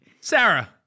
Sarah